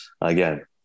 again